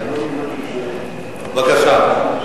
בבקשה.